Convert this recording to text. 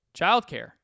Childcare